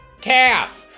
Calf